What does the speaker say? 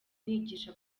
nigisha